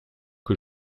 que